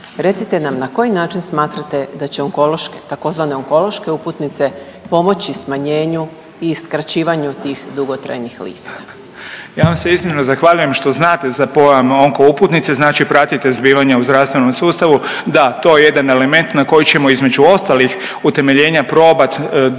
Recite nam, na koji način smatrate da će onkološke, tzv. onkološke uputnice pomoći smanjenju i skraćivanju tih dugotrajnih lista? **Beroš, Vili (HDZ)** Ja vam se iznimno zahvaljujem što znate za pojam onko-uputnice, znači pratite zbivanja u zdravstvenom sustavu. Da, to je jedan element na koji ćemo, između ostalih utemeljenja probati dovesti do toga